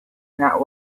not